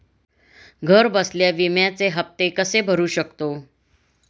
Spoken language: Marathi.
घरबसल्या विम्याचे हफ्ते कसे भरू शकतो?